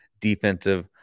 defensive